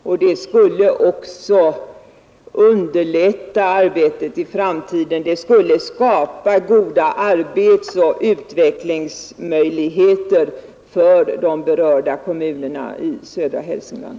Och det skulle också underlätta arbetet i framtiden, det skulle skapa goda arbetsoch utvecklingsmöjligheter för de berörda kommunerna i södra Hälsingland.